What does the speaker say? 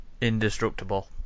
indestructible